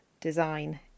design